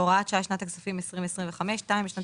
הוראת שעה לשנת הכספים 20252. בשנת